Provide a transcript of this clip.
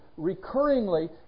recurringly